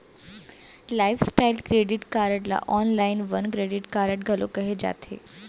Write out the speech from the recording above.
lifestyle credit card ल all in one credit card घलो केहे जाथे